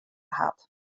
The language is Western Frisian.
hat